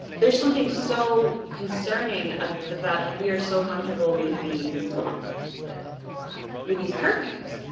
there is something so concerning ah that we are so comfortable with these with these curfews.